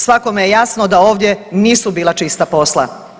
Svakome je jasno da ovdje nisu bila čista posla.